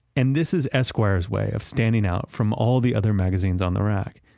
and this is esquire's way of standing out from all the other magazines on the rack.